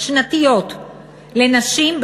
שנתיות לנשים,